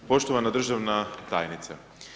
Poštovana državna tajnice.